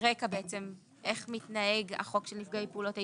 רקע לאיך מתנהג החוק של נפגעי פעולות איבה,